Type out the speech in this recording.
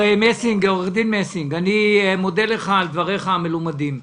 עו"ד מסינג, אני מודה לך על דבריך המלומדים.